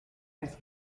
als